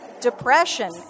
depression